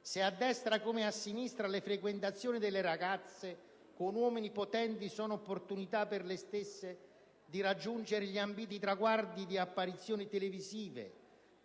Se a destra come a sinistra le frequentazioni delle ragazze con uomini potenti sono opportunità per le stesse di raggiungere gli ambiti traguardi di apparizioni televisive